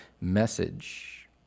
message